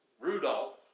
Rudolph